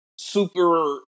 super